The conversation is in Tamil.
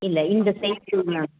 இல்லை இந்த சைஸில் உள்ளே